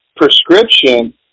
prescription